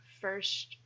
first